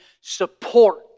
support